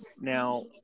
Now